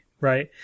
right